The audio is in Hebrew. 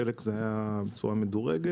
חלק זה היה בצורה מדורגת.